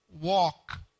walk